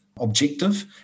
objective